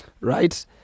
right